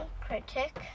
critic